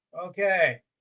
okay